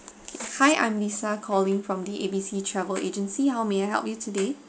hi I'm lisa calling from the A B C travel agency how may I help you today